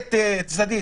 מדלת צדדית.